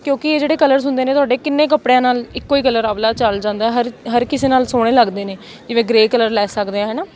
ਕਿਉਂਕਿ ਇਹ ਜਿਹੜੇ ਕਲਰਸ ਹੁੰਦੇ ਨੇ ਤੁਹਾਡੇ ਕਿੰਨੇ ਕੱਪੜਿਆਂ ਨਾਲ ਇੱਕੋ ਹੀ ਕਲਰ ਆਹ ਵਾਲਾ ਚੱਲ ਜਾਂਦਾ ਹਰ ਹਰ ਕਿਸੇ ਨਾਲ ਸੋਹਣੇ ਲੱਗਦੇ ਨੇ ਜਿਵੇਂ ਗ੍ਰੇ ਕਲਰ ਲੈ ਸਕਦੇ ਹਾਂ ਹੈ ਨਾ